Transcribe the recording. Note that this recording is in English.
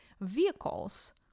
vehicles